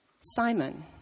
Simon